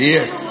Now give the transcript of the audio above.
Yes